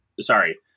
sorry